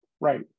Right